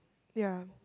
ya